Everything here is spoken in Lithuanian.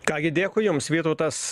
ką gi dėkui jums vytautas